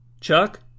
Chuck